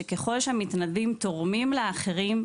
שככל שהמתנדבים תורמים לאחרים,